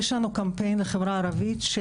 יש לנו קמפיין לחברה הערבית.